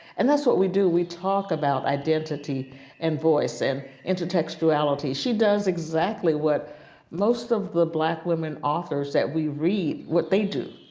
and that's what we do, we talk about identity and voice and intertextuality. she does exactly what most of the black women authors that we read, what they do.